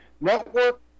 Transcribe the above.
Network